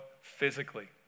physically